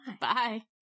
Bye